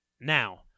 Now